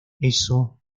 eso